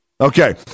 Okay